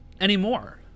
anymore